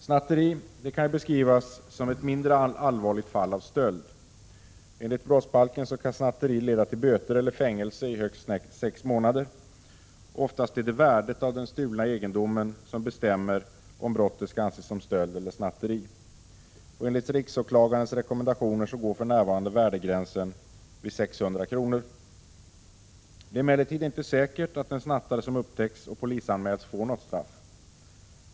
Snatteri kan beskrivas som ett mindre allvarligt fall av stöld. Enligt brottsbalken kan snatteri leda till böter eller fängelse i högst sex månader. Oftast är det värdet av den stulna egendomen som bestämmer om brottet skall anses som stöld eller snatteri. Enligt riksåklagarens rekommendationer går för närvarande värdegränsen vid 600 kr. Det är emellertid inte säkert att en snattare som upptäcks och polisanmäls får något straff.